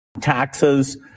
taxes